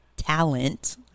talent